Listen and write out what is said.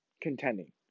contending